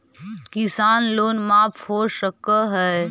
किसान लोन माफ हो सक है?